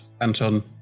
Anton